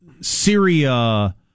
Syria